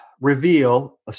reveal